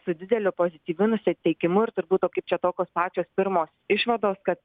su dideliu pozityviu nusiteikimu ir turbūt o kaip čia tokios pačios pirmos išvados kad